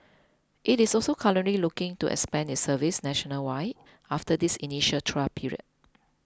it is also currently looking to expand its service nationwide after this initial trial period